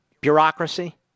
bureaucracy